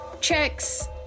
checks